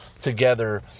together